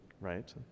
right